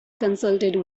consulted